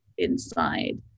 inside